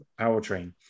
powertrain